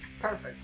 Perfect